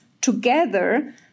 together